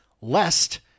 lest